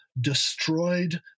destroyed